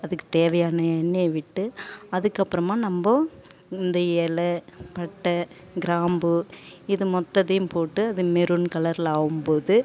அதுக்கு தேவையான எண்ணெயை விட்டு அதுக்கப்புறமா நம்ப இந்த எலை பட்டை கிராம்பு இது மொத்தத்தையும் போட்டு அது மெரூன் கலரில் ஆகும்போது